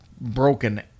broken